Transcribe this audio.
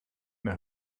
mehr